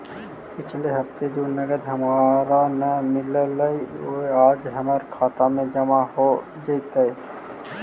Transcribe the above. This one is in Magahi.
पिछले हफ्ते जो नकद हमारा न मिललइ वो आज हमर खता में जमा हो जतई